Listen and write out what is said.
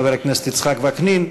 חבר הכנסת יצחק וקנין,